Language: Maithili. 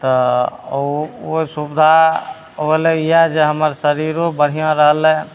तऽ ओ ओहि सुविधा होलै इएह जे हमर शरीरो बढ़िआँ रहलै